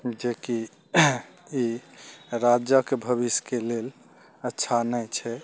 जेकि ई राज्यक भविष्यके लेल अच्छा नहि छै